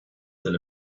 than